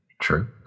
True